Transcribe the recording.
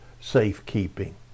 safekeeping